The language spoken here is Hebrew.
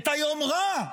את היומרה,